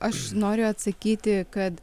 aš noriu atsakyti kad